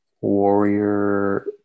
Warrior